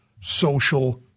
social